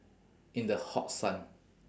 in the hot sun